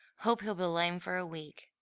hope he'll be lame for a week,